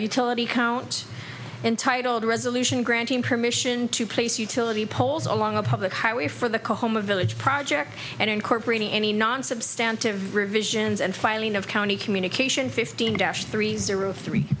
utility count entitled resolution granting permission to place utility poles along a public highway for the call home a village project and incorporating any non substantive revisions and filing of county communication fifteen dash three zero three